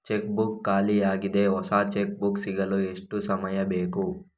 Check book ಖಾಲಿ ಯಾಗಿದೆ, ಹೊಸ ಚೆಕ್ ಬುಕ್ ಸಿಗಲು ಎಷ್ಟು ಸಮಯ ಬೇಕು?